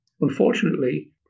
unfortunately